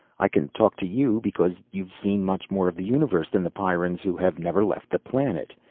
i can talk to you because you've seen much more of the universe than the pyrrans who have never left the planet.